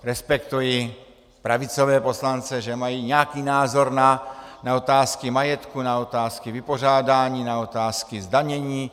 Respektuji pravicové poslance, že mají nějaký názor na otázky majetku, na otázky vypořádání, na otázky zdanění.